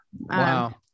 Wow